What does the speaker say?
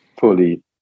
fully